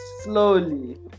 slowly